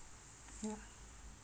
yeah